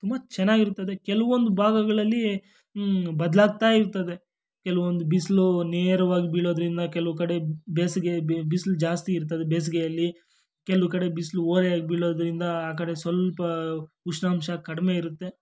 ತುಂಬ ಚೆನ್ನಾಗಿರ್ತದೆ ಕೆಲ್ವೊಂದು ಭಾಗಗಳಲ್ಲಿ ಬದಲಾಗ್ತಾ ಇರ್ತದೆ ಕೆಲ್ವೊಂದು ಬಿಸಿಲು ನೇರವಾಗಿ ಬೀಳೋದರಿಂದ ಕೆಲವು ಕಡೆ ಬೇಸಿಗೆ ಬಿಸ್ಲು ಜಾಸ್ತಿ ಇರ್ತದೆ ಬೇಸಿಗೆಯಲ್ಲಿ ಕೆಲವು ಕಡೆ ಬಿಸಿಲು ಓರೆಯಾಗಿ ಬೀಳೋದರಿಂದ ಆ ಕಡೆ ಸ್ವಲ್ಪ ಉಷ್ಣಾಂಶ ಕಡಿಮೆ ಇರುತ್ತೆ